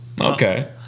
Okay